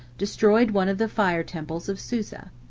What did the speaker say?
destroyed one of the fire-temples of susa.